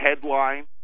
headline